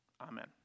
Amen